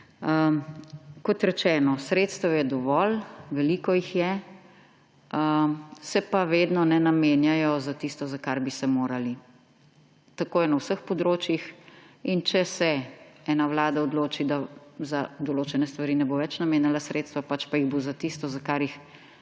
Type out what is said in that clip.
Kot rečeno, sredstev je dovolj, veliko jih je, se pa vedno namenjajo za tisto, za kar bi se morala. Tako je na vseh področjih in če se ena vlada odloči, da za določene stvari ne bo več namenjala sredstev, pač pa jih bo za tisto, za kar jih